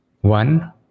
One